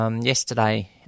yesterday